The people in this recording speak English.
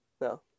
No